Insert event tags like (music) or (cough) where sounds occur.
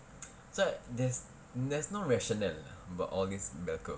(noise) that's why there's there's no rationale you know about all these bell curve